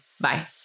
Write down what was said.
bye